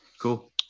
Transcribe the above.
Cool